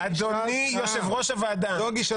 זו גישתך,